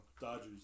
Dodgers